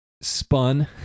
spun